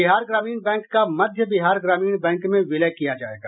बिहार ग्रामीण बैंक का मध्य बिहार ग्रामीण बैंक में विलय किया जायेगा